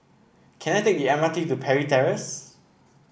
can I take the M R T to Parry Terrace